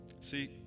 See